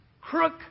crook